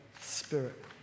Spirit